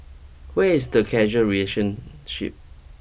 where is the causal relationship